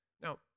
Now